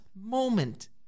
moment